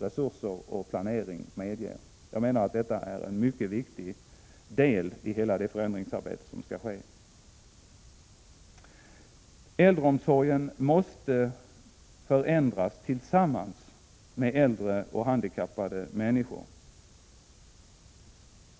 resurser och planering medger. Jag menar att detta är en mycket viktig del i hela det förändringsarbete som skall ske. Äldreomsorgen måste förändras tillsammans med äldre och handikappade människor.